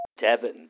Devin